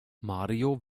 mario